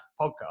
Podcast